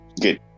Good